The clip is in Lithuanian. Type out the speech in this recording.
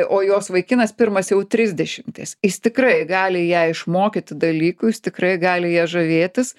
o jos vaikinas pirmas jau trisdešimties jis tikrai gali ją išmokyti dalykų jis tikrai gali ja žavėtis